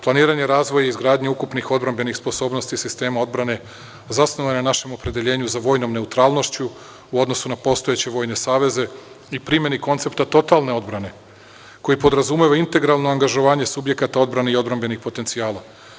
Planiranje razvoja i izgradnje ukupnih odbrambenih sposobnosti sistema odbrane zasnovano je na našem opredeljenju za vojnom neutralnošću u odnosu na postojeće vojne saveze i primeni koncepta totalne odbrane, koji podrazumeva integralno angažovanje subjekata odbrane i odbrambenih potencijala.